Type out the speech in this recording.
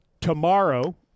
Tomorrow